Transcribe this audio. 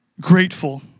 grateful